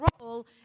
role